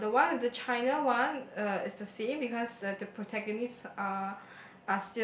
uh the one the China one uh is the same because the protaganist are